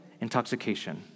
intoxication